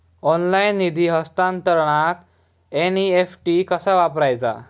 Online निधी हस्तांतरणाक NEFT कसा वापरायचा?